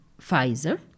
pfizer